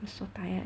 I'm so tired